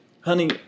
honey